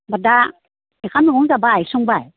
बा दा नोंस्रा न'आ जाबाय संबाय